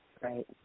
Right